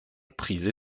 prisé